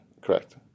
Correct